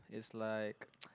it's like